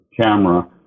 camera